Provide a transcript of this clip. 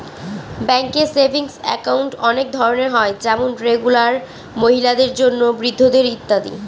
ব্যাঙ্কে savings account অনেক ধরনের হয় যেমন রেগুলার, মহিলাদের জন্য, বৃদ্ধদের ইত্যাদি